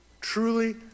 truly